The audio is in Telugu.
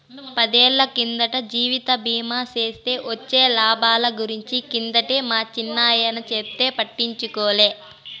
పదేళ్ళ కిందట జీవిత బీమా సేస్తే వొచ్చే లాబాల గురించి కిందటే మా చిన్నాయన చెప్తే పట్టించుకోలే